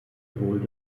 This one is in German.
wohl